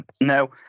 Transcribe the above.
No